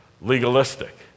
legalistic